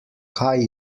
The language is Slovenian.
kaj